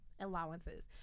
allowances